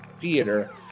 theater